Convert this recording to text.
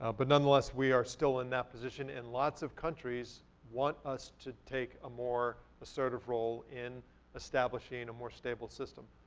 ah but, nonetheless, we are still in that position and lots of countries want us to take a more assertive role in establishing a more stabled system.